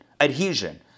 adhesion